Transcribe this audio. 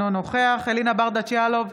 אינו נוכח אלינה ברדץ' יאלוב,